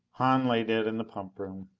hahn lay dead in the pump room.